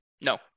No